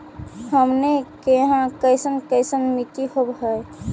अपने के यहाँ कैसन कैसन मिट्टी होब है?